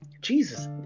Jesus